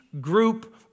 group